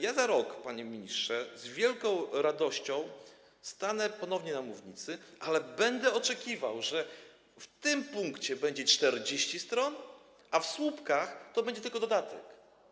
I za rok, panie ministrze, z wielką radością stanę ponownie na mównicy, ale będę oczekiwał, że ten punkt to będzie 40 stron, a słupki to będzie tylko dodatek.